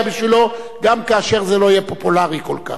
בשבילו גם כאשר זה לא יהיה פופולרי כל כך.